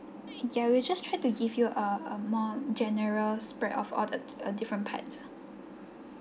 yeah we just try to give you uh a more general spread of all the the different parts